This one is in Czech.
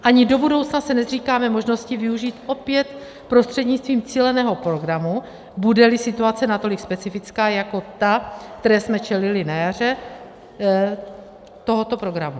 Ani do budoucna se nezříkáme možnosti využít opět prostřednictvím cíleného programu, budeli situace natolik specifická jako ta, které jsme čelili na jaře, tohoto programu.